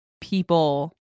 people